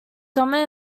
summer